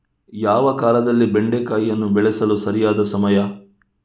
ಯಾವ ಕಾಲದಲ್ಲಿ ಬೆಂಡೆಕಾಯಿಯನ್ನು ಬೆಳೆಸಲು ಸರಿಯಾದ ಸಮಯ?